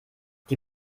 die